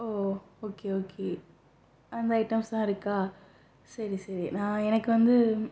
ஓ okay okay அந்த ஐட்டம்ஸ்லாம் இருக்கா சரி சரி நான் எனக்கு வந்து